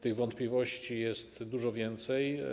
Tych wątpliwości jest dużo więcej.